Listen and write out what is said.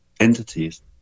entities